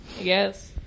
Yes